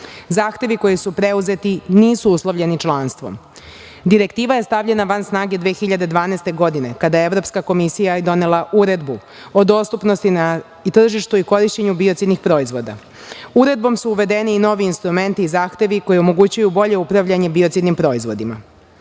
Zahtevi koji su preuzeti nisu uslovljeni članstvom. Direktiva je stavljena van snage 2012. godine kada je Evropska komisija donela Uredbu o dostupnosti na tržištu i korišćenju biocidnih proizvoda. Uredbom su uvedeni i novi instrumenti i zahtevi koji omogućuju bolje upravljanje biocidnim proizvodima. Osnovni